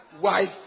wife